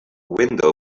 window